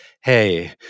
hey